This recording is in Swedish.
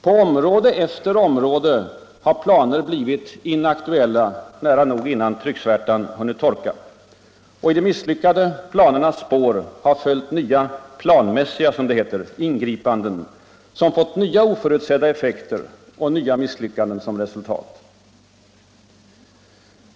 På område efter område har planer blivit inaktuella nära nog innan trycksvärtan hunnit torka. I de misslyckade planernas spår har följt nya ”planmässiga”, som det heter, ingripanden, som fått nya oförutsedda effekter och nya misslyckanden som resultat.